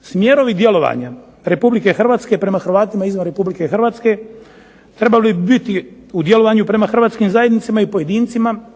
Smjerovi djelovanje Republike Hrvatske prema Hrvatima izvan Republike Hrvatske trebali bi biti u djelovanju prema hrvatskim zajednicama i pojedincima